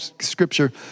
scripture